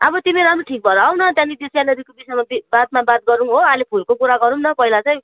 अब तिमी राम्रो ठिक भएर आऊ न त्यहाँदेखि त्यो सेलेरीको विषयमा ति बादमा बात गरौँ हो अहिले फुलको कुरा गरौँ न पहिला चाहिँ